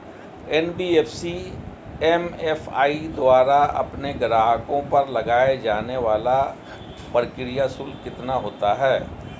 NBFC MFI द्वारा अपने ग्राहकों पर लगाए जाने वाला प्रक्रिया शुल्क कितना होता है?